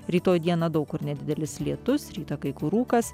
rytoj dieną daug kur nedidelis lietus rytą kai kur rūkas